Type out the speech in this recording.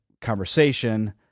conversation